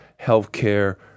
healthcare